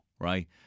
right